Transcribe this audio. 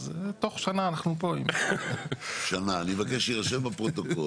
אז תוך שנה אנחנו פה --- אני מבקש שיירשם בפרוטוקול.